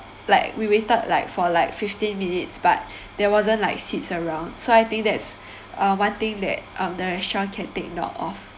like we waited like for like fifteen minutes but there wasn't like seats around so I think that's uh one thing that um the restaurant can take note of